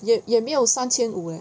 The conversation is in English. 也也没有三千五 leh